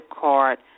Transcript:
card